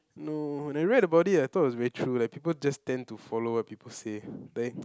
no I read about it and I thought it was very true that people just tend to follow what people say like